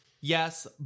Yes